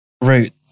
Route